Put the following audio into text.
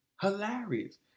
Hilarious